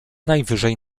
najwyżej